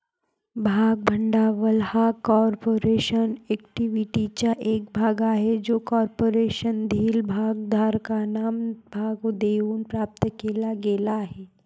भाग भांडवल हा कॉर्पोरेशन इक्विटीचा एक भाग आहे जो कॉर्पोरेशनमधील भागधारकांना भाग देऊन प्राप्त केला गेला आहे